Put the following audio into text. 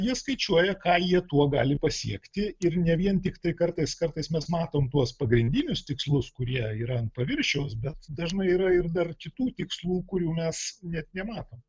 jie skaičiuoja ką jie tuo gali pasiekti ir ne vien tiktai kartais kartais mes matom tuos pagrindinius tikslus kurie yra ant paviršiaus bet dažnai yra ir dar kitų tikslų kurių mes net nematom